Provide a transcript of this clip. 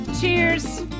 Cheers